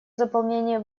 заполнения